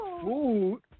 food